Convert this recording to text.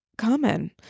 Common